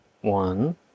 one